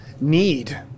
need